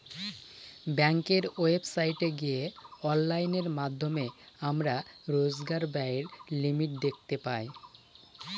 ব্যাঙ্কের ওয়েবসাইটে গিয়ে অনলাইনের মাধ্যমে আমরা রোজকার ব্যায়ের লিমিট দেখতে পাই